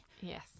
yes